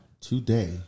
today